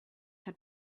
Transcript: had